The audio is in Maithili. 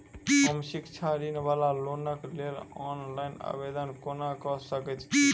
हम शिक्षा ऋण वा लोनक लेल ऑनलाइन आवेदन कोना कऽ सकैत छी?